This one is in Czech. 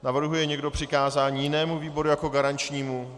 Navrhuje někdo přikázání jinému výboru jako garančnímu?